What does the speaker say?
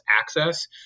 access